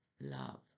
love